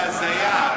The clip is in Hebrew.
מיקי, זו הזיה.